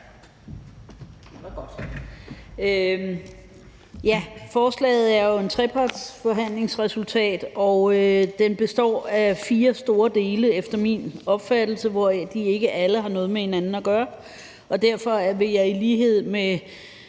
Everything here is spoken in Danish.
Tak. Forslaget er jo et trepartsforhandlingsresultat, og efter min opfattelse består det af fire store dele, hvoraf ikke alle har noget med hinanden at gøre, og derfor vil jeg i lighed med